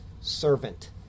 servant